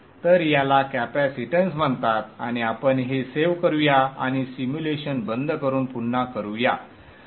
तर याला कॅपेसिटन्स म्हणतात आणि आपण हे सेव्ह करूया आणि सिम्युलेशन बंद करून पुन्हा करू या